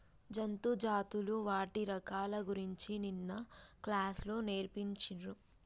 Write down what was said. జంతు జాతులు వాటి రకాల గురించి నిన్న క్లాస్ లో నేర్పిచిన్రు